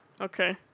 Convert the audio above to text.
Okay